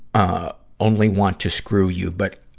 ah, only want to screw you. but,